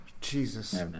Jesus